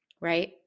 right